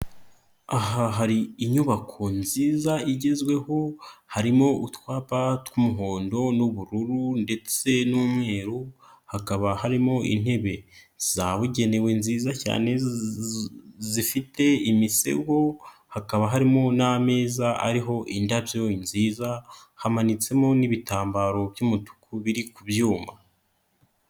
Aha hari inyubako nziza igezweho, harimo utwapa tw'umuhondo n'ubururu ndetse n'umweru hakaba harimo intebe zabugenewe nziza cyane zifite imisego, hakaba harimo n'ameza ariho indabyo nziza hamanitsemo n'ibitambaro by'umutuku biri ku byuma.